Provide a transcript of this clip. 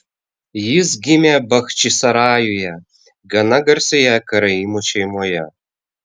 jis gimė bachčisarajuje gana garsioje karaimų šeimoje